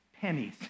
pennies